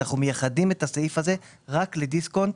אנחנו מייחסים את הסעיף הזה רק לדיסקונט